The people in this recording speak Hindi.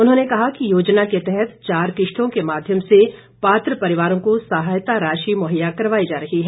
उन्होंने कहा कि योजना के तहत चार किश्तों के माध्यम से पात्र परिवारों को सहायता राशि मुहैया करवाई जा रही है